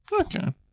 Okay